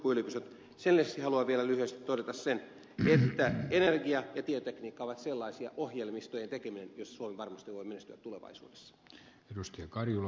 sen lisäksi haluan vielä lyhyesti todeta sen että energia ja tietotekniikka ovat sellaisia ohjelmistojen tekeminen joissa suomi varmasti voi menestyä tulevaisuudessa